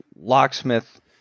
Locksmith